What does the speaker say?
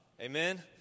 Amen